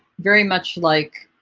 very much like